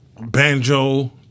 banjo